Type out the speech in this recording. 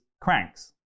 cranks